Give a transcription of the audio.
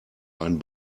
ein